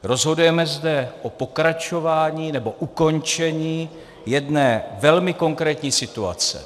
Rozhodujeme zde o pokračování nebo ukončení jedné velmi konkrétní situace.